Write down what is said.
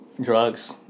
Drugs